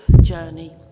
journey